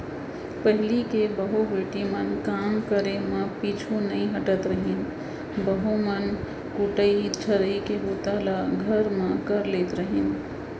पहिली के बहू बेटी मन काम करे म पीछू नइ हटत रहिन, बहू मन कुटई छरई के बूता ल घर म कर लेत रहिन